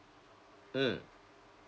mm